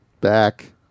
back